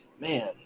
man